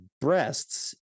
breasts